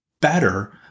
better